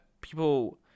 people